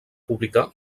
publicar